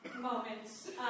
Moments